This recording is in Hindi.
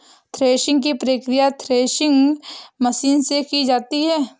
थ्रेशिंग की प्रकिया थ्रेशिंग मशीन से की जाती है